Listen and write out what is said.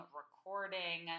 recording